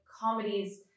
comedies